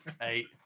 Eight